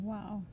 Wow